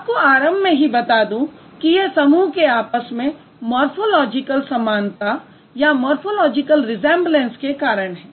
आपको आरंभ में ही बता दूँ कि यह समूह के आपस में मॉर्फोलॉजिकल समानता के कारण है